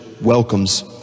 welcomes